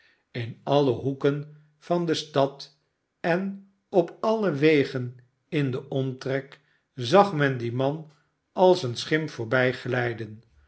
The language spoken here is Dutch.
in alle hoeken van de stad en op alle wegen in den omtrek zag men dien man als een